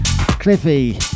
Cliffy